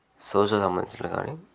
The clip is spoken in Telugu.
సోషియల్ సంబంధించినవి కానీ